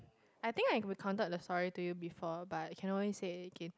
I think I recounted the story to you before but I can always say it again